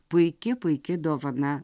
puiki puiki dovana